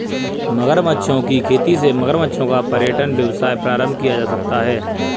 मगरमच्छों की खेती से मगरमच्छों का पर्यटन व्यवसाय प्रारंभ किया जा सकता है